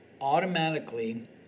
automatically